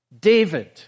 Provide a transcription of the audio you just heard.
David